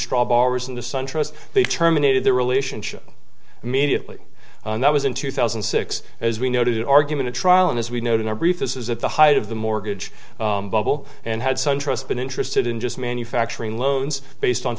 straw borrowers in the sun trust they terminated their relationship immediately and that was in two thousand and six as we noted argument a trial and as we know in our brief this is at the height of the mortgage bubble and had suntrust been interested in just manufacturing loans based on